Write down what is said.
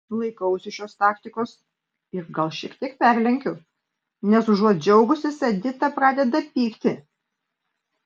laikausi šios taktikos ir gal šiek tiek perlenkiu nes užuot džiaugusis edita pradeda pykti